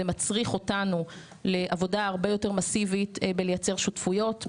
זה מצריך אותנו לעבודה הרבה יותר מאסיבית בלייצר שותפויות,